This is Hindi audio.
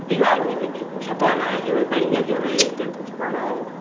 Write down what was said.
दीवाल में भी चिप छिपवाना है जो बढ़िया जो है पेंट छपवाना है